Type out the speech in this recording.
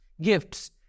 gifts